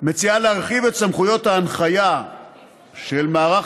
מציעה להרחיב את סמכויות ההנחיה של מערך